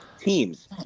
teams